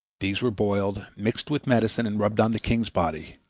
these were boiled, mixed with medicine and rubbed on the king's body.